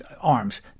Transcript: arms